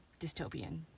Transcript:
dystopian